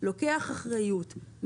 לוקח אחריות,